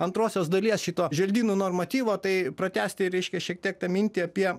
antrosios dalies šito želdynų normatyvo tai pratęsti reiškia šiek tiek tą mintį apie